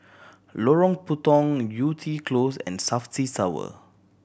Lorong Puntong Yew Tee Close and Safti Tower